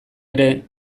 ere